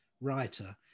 writer